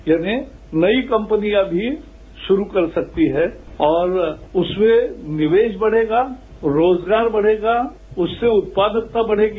यानी नई कंपनियां भी शुरु कर सकती हैं और उसमें निवेश बढेगा रोजगार बढ़ेगा उससे उत्पादकता बढ़ेगी